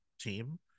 team